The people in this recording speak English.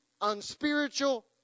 unspiritual